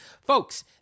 Folks